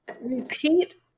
Repeat